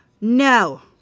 No